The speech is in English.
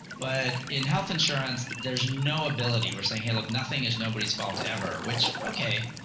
but in health insurance, there's no ability, we're saying hey look nothing is nobody's fault ever, which okay,